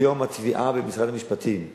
היום התביעה במשרד המשפטים.